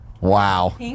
wow